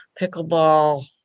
pickleball